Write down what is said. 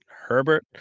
Herbert